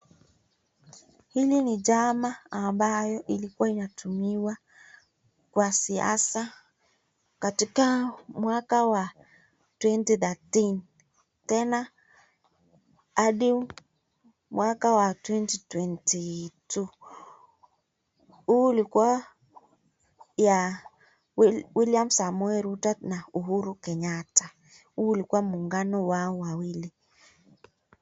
Hili ni chama ambayo ilikuwa inatumiwa kwa siasa katika mwaka wa 2013 tena hadi mwaka wa 2022. Huu ulikuwa ya Wiliam samoei Ruto na Uhuru Kenyatta. Huu ulikuwa muungano wao wawili.